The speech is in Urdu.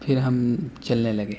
پھر ہم چلنے لگے